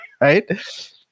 right